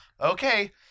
okay